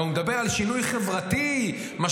הוא גם מדבר על שינוי חברתי משמעותי,